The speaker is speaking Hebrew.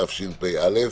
התשפ"א-2020.